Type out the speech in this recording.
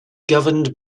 governed